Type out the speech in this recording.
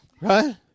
Right